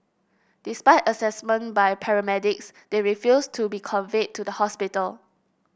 despite assessment by paramedics they refused to be conveyed to the hospital